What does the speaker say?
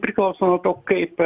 priklauso nuo to kaip